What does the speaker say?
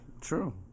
True